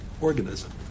organism